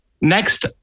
Next